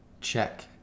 check